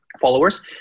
followers